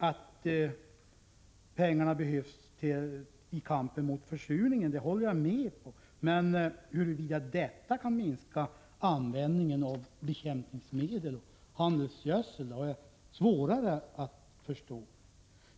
Att pengarna behövs i kampen mot försurningen håller jag med om, men hur detta kan minska användningen av bekämpningsmedel och handelsgödsel har jag svårare att förstå.